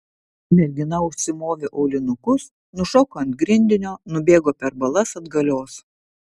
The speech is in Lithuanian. mergina užsimovė aulinukus nušoko ant grindinio nubėgo per balas atgalios